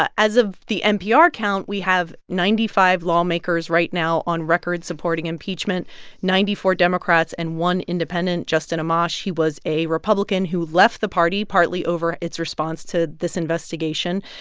ah as of the npr count, we have ninety five lawmakers right now on record supporting impeachment ninety four democrats and one independent, justin amash. he was a republican who left the party partly over its response to this investigation.